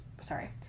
sorry